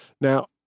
Now